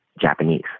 Japanese